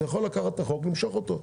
אתה יכול לקחת את החוק ולמשוך אותו.